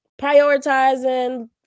prioritizing